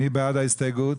מי בעד ההסתייגות?